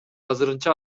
азырынча